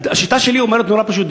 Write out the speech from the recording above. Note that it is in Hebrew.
השיטה שלי אומרת דבר נורא פשוט,